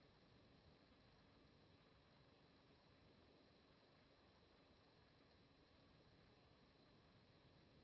La seduta è tolta